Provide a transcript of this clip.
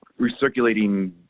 recirculating